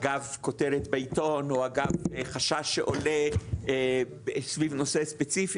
אגב כותרת בעיתו או אגב חשש שעולה סביב נושא ספציפי,